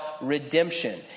redemption